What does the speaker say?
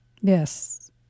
Yes